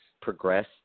progress